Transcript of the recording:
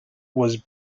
was